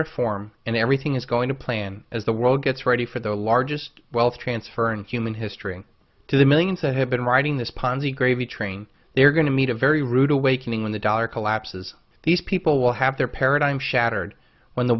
reform and everything is going to plan as the world gets ready for the largest wealth transfer in human history to the millions that have been riding this ponzi gravy train they're going to meet a very rude awakening when the dollar collapses these people will have their paradigms shattered when the